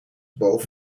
boven